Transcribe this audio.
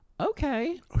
Okay